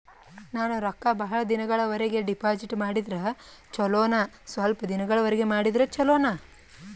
ನಾನು ರೊಕ್ಕ ಬಹಳ ದಿನಗಳವರೆಗೆ ಡಿಪಾಜಿಟ್ ಮಾಡಿದ್ರ ಚೊಲೋನ ಸ್ವಲ್ಪ ದಿನಗಳವರೆಗೆ ಮಾಡಿದ್ರಾ ಚೊಲೋನ?